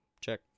check